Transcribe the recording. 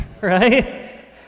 right